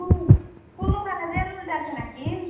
কুন কোনখানে রেল উলটে আছে নাকি